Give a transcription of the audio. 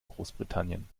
großbritannien